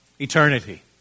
eternity